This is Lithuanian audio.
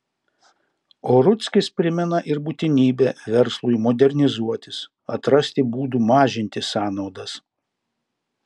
o rudzkis primena ir būtinybę verslui modernizuotis atrasti būdų mažinti sąnaudas